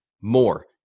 more